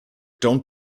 don’t